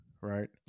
right